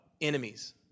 enemies